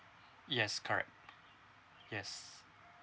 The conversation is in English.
yes correct yes